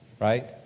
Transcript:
Right